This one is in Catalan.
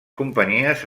companyies